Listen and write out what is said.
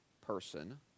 person